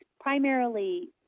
primarily